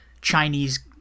Chinese